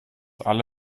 alle